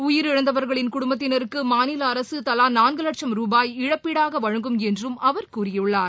உயிரிழந்தவர்களின் குடும்பத்தினருக்கு மாநில அரசு தலா நான்கு வட்சும் ரூபாய் இழப்பீடாக வழங்கும் என்றும் அவர் கூறியுள்ளார்